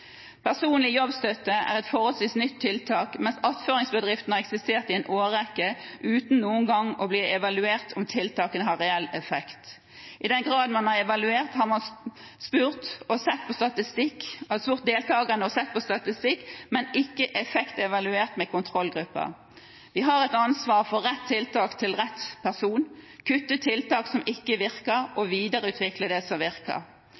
Personlig jobbstøtte er et forholdsvis nytt tiltak, mens attføringsbedriftene har eksistert i en årrekke, uten at det noen gang er blitt evaluert om tiltakene har reell effekt. I den grad man har evaluert, har man spurt deltakerne og sett på statistikk, men ikke effektevaluert med kontrollgrupper. Vi har et ansvar for å gi rett tiltak til rett person, kutte tiltak som ikke virker, og videreutvikle det som virker.